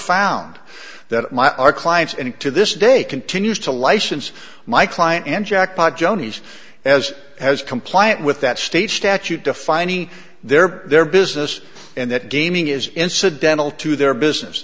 found that my our clients and to this day continues to license my client and jackpot joni's as has compliant with that state statute defining their their business and that gaming is incidental to their business